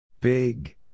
Big